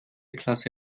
klasse